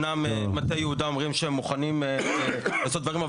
אומנם מטה יהודה אומרים שהם מוכנים לעשות דברים,